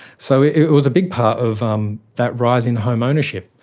so it it was a big part of um that rise in home ownership.